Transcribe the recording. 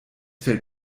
fällt